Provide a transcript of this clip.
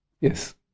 Yes